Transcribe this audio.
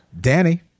Danny